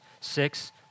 six